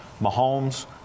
Mahomes